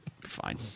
fine